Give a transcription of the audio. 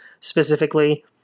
specifically